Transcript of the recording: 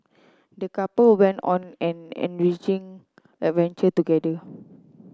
the couple went on an enriching adventure together